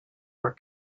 were